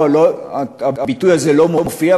הביטוי הזה לא מופיע,